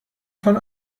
von